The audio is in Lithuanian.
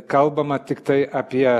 kalbama tiktai apie